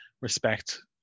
respect